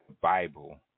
Bible